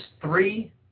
three